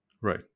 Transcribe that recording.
right